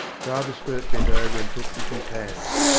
father sturt bent over and took dicky's hand.